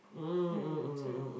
mm mm mm mm mm